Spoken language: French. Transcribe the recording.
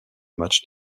matches